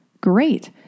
Great